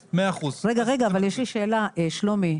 יש לי שאלה, שלומי.